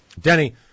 Denny